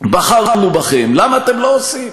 בחרנו בכם, למה אתם לא עושים?